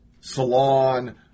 Salon